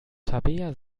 tabea